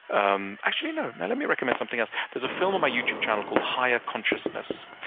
um actually, no. now let me recommend something else. there's a film on my youtube channel called higher consciousness.